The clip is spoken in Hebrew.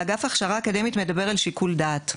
באגף ההכשרה האקדמית, מדבר על שיקול דעת.